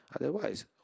Otherwise